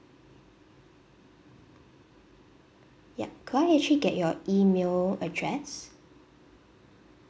yup could I actually get your email address